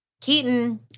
Keaton